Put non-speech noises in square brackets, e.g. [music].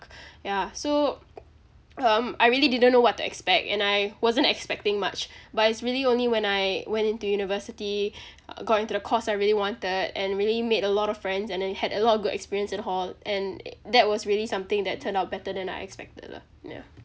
yeah so [noise] um I really didn't know what to expect and I wasn't expecting much but it's really only when I went into university uh got into the course I really wanted and really made a lot of friends and then had a lot of good experience in hall and that was really something that turned out better than I expected lah yeah